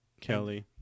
Kelly